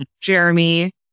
Jeremy